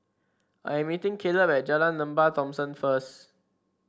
I am meeting Kaleb at Jalan Lembah Thomson first